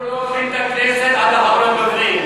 אנחנו לא עוזבים את הכנסת עד אחרון הדוברים,